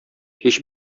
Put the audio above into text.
һич